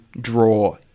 draw